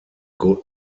good